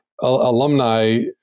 alumni